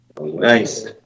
Nice